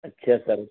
اچھا سر